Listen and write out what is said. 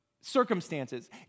circumstances